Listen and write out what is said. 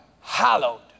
Hallowed